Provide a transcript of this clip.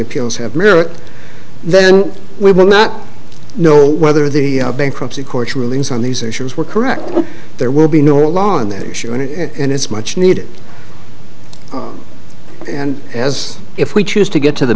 appeals have merit then we will not know whether the bankruptcy courts rulings on these issues were correct there will be no law on the issue and it's much needed and as if we choose to get to the